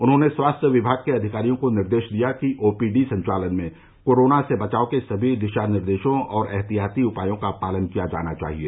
उन्होंने स्वास्थ्य विभाग के अधिकारियों को निर्देश दिया कि ओपीडी संचालन में कोरोना से बचाव के सभी दिशा निर्देशों और एहतियाती उपायों का पालन किया जाना चाहिए